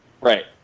Right